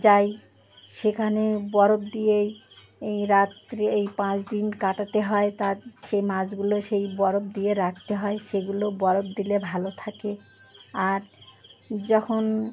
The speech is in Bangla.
যাই সেখানে বরফ দিয়েই এই রাত্রে এই পাঁচ দিন কাটাতে হয় তার সেই মাছগুলো সেই বরফ দিয়ে রাখতে হয় সেগুলো বরফ দিলে ভালো থাকে আর যখন